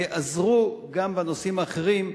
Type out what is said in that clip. ייעזרו גם בנושאים האחרים,